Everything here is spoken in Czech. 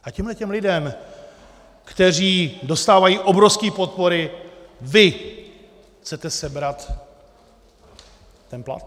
A těmhle lidem, kteří dostávají obrovské podpory, vy chcete sebrat ten plat?